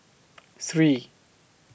three